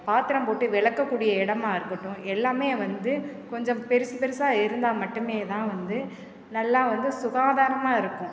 பாத்ரம் போட்டு விலக்கக் கூடிய இடமா இருக்கட்டும் எல்லாமே வந்து கொஞ்சம் பெருசு பெருசாக இருந்தால் மட்டுமே தான் வந்து நல்லா வந்து சுகாதாரமாக இருக்கும்